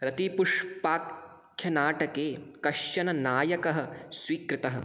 रतिपुष्पाख्यनाटके कश्चन नायकः स्वीकृतः